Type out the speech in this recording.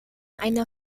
einer